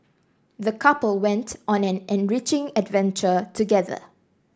the couple went on an enriching adventure together